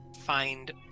find